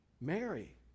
Mary